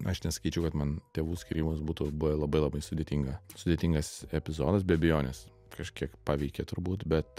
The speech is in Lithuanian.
aš nesakyčiau kad man tėvų skyrybos būtų buvę labai labai sudėtinga sudėtingas epizodas be abejonės kažkiek paveikė turbūt bet